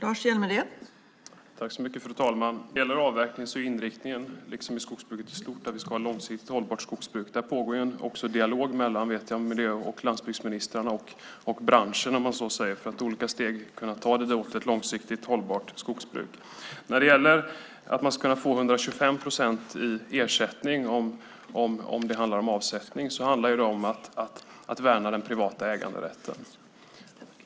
Fru talman! När det gäller avverkningen är inriktningen, liksom i skogsbruket i stort, att vi ska ha ett långsiktigt hållbart skogsbruk. Där vet jag att det pågår en dialog mellan miljö och landsbygdsministrarna och branschen för att i olika steg kunna gå mot ett långsiktigt hållbart skogsbruk. När det gäller att man ska kunna få 125 procent i ersättning för avsättning handlar det om att värna den privata äganderätten.